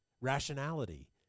Rationality